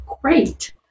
great